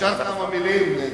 אפשר כמה מלים?